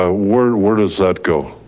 ah where where does that go?